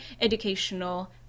educational